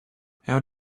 how